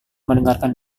mendengarkan